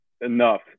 enough